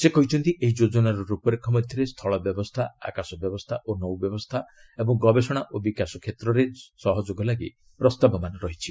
ସେ କହିଛନ୍ତି ଏହି ଯୋଜନାର ରୂପରେଖ ମଧ୍ୟରେ ସ୍ଥଳ ବ୍ୟବସ୍ଥା ଆକାଶ ବ୍ୟବସ୍ଥା ଓ ନୌ ବ୍ୟବସ୍ଥା ଏବଂ ଗବେଷଣା ଓ ବିକାଶ କ୍ଷେତ୍ରରେ ସହଯୋଗ ଲାଗି ପ୍ରସ୍ତାବମାନ ରହିଛି